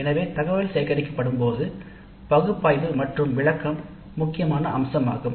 எனவே தரவு சேகரிக்கப்படும்போது தரவின் பகுப்பாய்வு மற்றும் விளக்கம் முக்கியமான அம்சம் ஆகும்